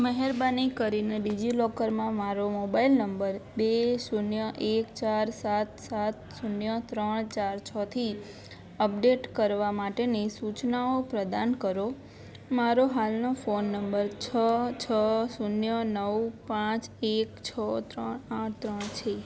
મહેરબાની કરીને ડિજિલોકરમાં મારો મોબાઇલ નંબર બે શૂન્ય એક ચાર સાત સાત શૂન્ય ત્રણ ચાર છોથી અપડેટ કરવા માટેની સૂચનાઓ પ્રદાન કરો મારો હાલનો ફોન નંબર છ છ શૂન્ય નવ પાંચ એક છો ત્રણ આઠ ત્રણ છે